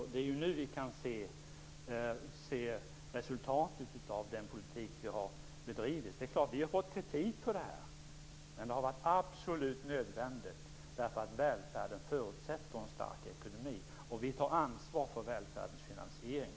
Det är nu som vi kan se resultatet av den politik som vi har bedrivit. Det är klart att vi har fått kritik för detta. Men det har varit absolut nödvändigt. Välfärden förutsätter en stark ekonomi, och vi tar ansvar för välfärdens finansiering.